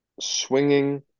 swinging